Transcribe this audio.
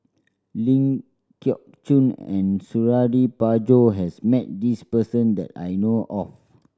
Ling Geok Choon and Suradi Parjo has met this person that I know of